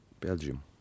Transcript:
Belgium